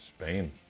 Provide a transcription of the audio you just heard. Spain